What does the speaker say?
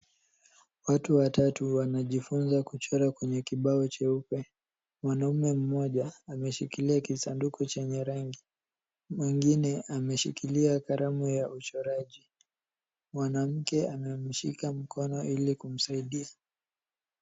Watu watatu wanajifunza kuchora kwenye kibao cheupe . Mwanaume mmoja ameshikilia kisanduku chenye rangi . Mwingine ameshikilia kalamu ya uchoraji . Mwanamke amemshika mkono ili kumsaidia .